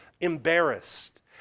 embarrassed